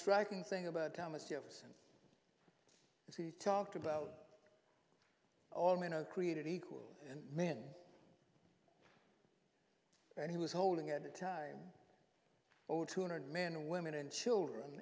striking thing about thomas jefferson is he talked about all men are created equal and men and he was holding at the time over two hundred men and women and children